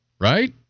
right